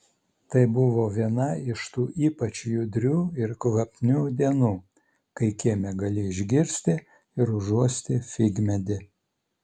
tai buvo viena iš tų ypač judrių ir kvapnių dienų kai kieme gali išgirsti ir užuosti figmedį